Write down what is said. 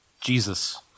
Jesus